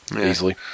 Easily